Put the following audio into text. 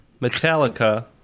Metallica